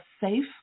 safe